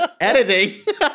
editing